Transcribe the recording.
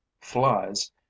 flies